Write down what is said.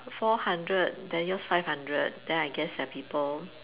four hundred then yours five hundred then I guess there are people